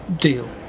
Deal